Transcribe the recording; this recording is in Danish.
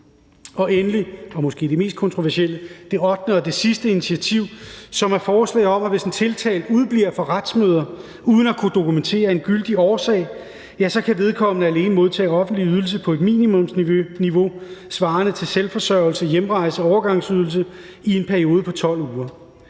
ottende og sidste initiativ, som er forslag om, at hvis en tiltalt udebliver fra retsmøder uden at kunne dokumentere en gyldig årsag, ja, så kan vedkommende alene modtage offentlig ydelse på et minimumsniveau svarende til selvforsørgelse, hjemrejse- og overgangsydelse i en periode på 12 uger,